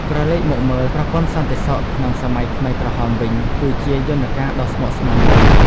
ក្រឡេកមកមើល ប្រព័ន្ធសន្តិសុខក្នុងសម័យខ្មែរក្រហមវិញ គឺជាយន្តការដ៏ស្មុគស្មាញមួយ។